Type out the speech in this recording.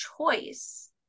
choice